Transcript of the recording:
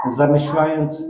zamyślając